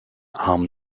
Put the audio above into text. arm